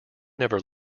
never